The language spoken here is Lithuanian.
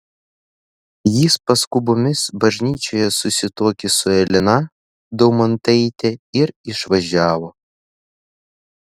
jis paskubomis bažnyčioje susituokė su elena daumantaite ir išvažiavo